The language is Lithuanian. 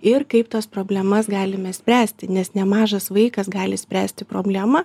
ir kaip tas problemas galime spręsti nes ne mažas vaikas gali spręsti problemą